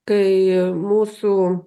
kai mūsų